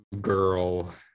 Girl